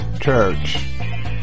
church